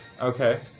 Okay